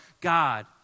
God